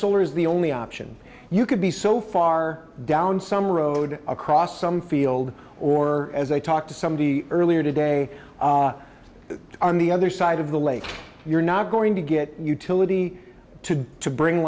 solar is the only option you could be so far down some road across some field or as i talked to somebody earlier today on the other side of the lake you're not going to get utility to to bring